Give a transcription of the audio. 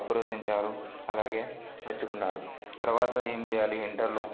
అప్రోసించారు అలాగే మెచ్చుకున్నారు తరువాత ఏం చేయాలి ఇంటర్లో